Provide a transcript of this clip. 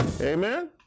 Amen